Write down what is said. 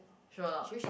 sure or not